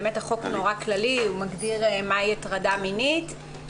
באמת החוק מאוד כללי והוא מגדיר מהי הטרדה מינית.